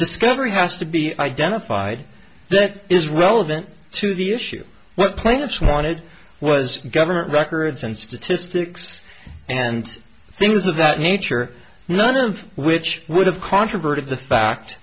discovery has to be identified that is relevant to the issue what plaintiffs wanted was government records and statistics and things of that nature none of which would have controverted the fact